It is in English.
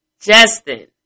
Justin